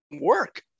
work